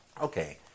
okay